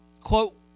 quote